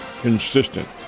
consistent